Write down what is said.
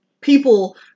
people